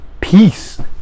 peace